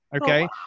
okay